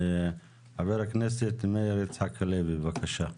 חבר הכנסת מאיר יצחק הלוי, בבקשה.